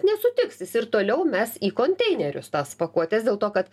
nesutiks jis ir toliau mes į konteinerius tas pakuotes dėl to kad